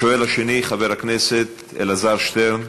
השואל השני, חבר הכנסת אלעזר שטרן.